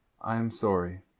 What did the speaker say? i am sorry,